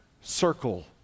circle